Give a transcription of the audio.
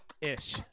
Ish